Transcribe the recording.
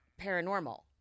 paranormal